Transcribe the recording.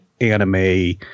anime